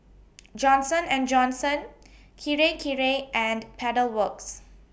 Johnson and Johnson Kirei Kirei and Pedal Works